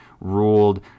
ruled